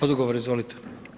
Odgovor izvolite.